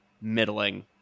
middling